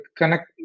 connect